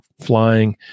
flying